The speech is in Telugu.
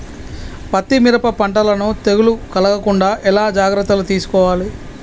పత్తి మిరప పంటలను తెగులు కలగకుండా ఎలా జాగ్రత్తలు తీసుకోవాలి?